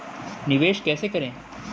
निवेश कैसे करें?